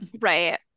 right